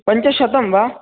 पञ्चशतं वा